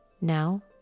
Now